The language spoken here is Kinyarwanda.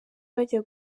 bajya